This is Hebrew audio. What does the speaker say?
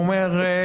הוא אומר,